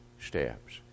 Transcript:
steps